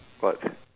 what